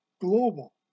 Global